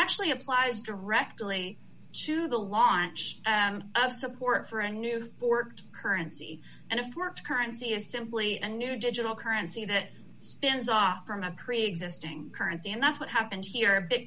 actually applies directly to the launch of support for a new forked currency and if it works currency is simply a new digital currency that spins off from a preexisting currency and that's what happened here a big